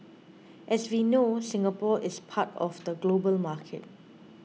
as we know Singapore is part of the global market